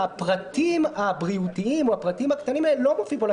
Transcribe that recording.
הפרטים הבריאותיים או הפרטים הקטנים האלה לא מופיעים פה,